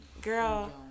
Girl